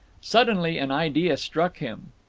suddenly an idea struck him.